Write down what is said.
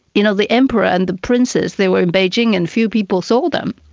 you know, the emperor and the princes, they were in beijing and few people saw them.